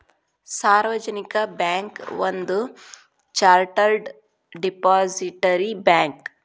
ಸಾರ್ವಜನಿಕ ಬ್ಯಾಂಕ್ ಒಂದ chartered depository bank